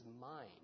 mind